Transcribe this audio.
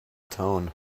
tone